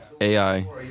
AI